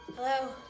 Hello